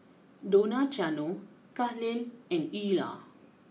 Donaciano Kahlil and Eulah